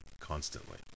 constantly